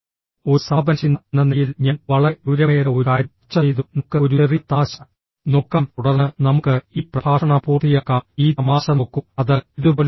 ഒരു സമാപന ചിന്ത എന്ന നിലയിൽ ഞാൻ വളരെ ഗൌരവമേറിയ ഒരു കാര്യം ചർച്ച ചെയ്തു നമുക്ക് ഒരു ചെറിയ തമാശ നോക്കാം തുടർന്ന് നമുക്ക് ഈ പ്രഭാഷണം പൂർത്തിയാക്കാം ഈ തമാശ നോക്കൂ അത് ഇതുപോലെ പോകുന്നു